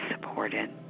supported